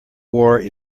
war